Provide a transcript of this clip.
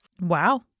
Wow